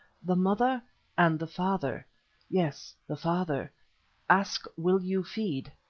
the mother and the father yes, the father ask, will you feed?